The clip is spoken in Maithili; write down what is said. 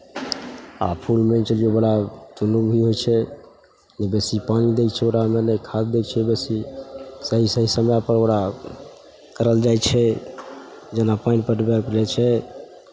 आ फूलमे होइ छै जे बड़ा लोभ भी होइ छै नहि बेसी पानि दैत छै ओकरामे नहि खाद दै छै बेसी सही सही समयपर ओकरा करल जाइ छै जेना पानि पटबय पड़ै छै